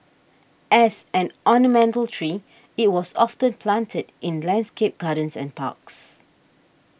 as an ornamental tree it was often planted in landscaped gardens and parks